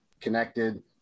connected